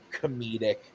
comedic